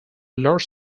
large